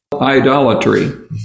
idolatry